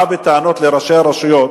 בא בטענות לראשי הרשויות.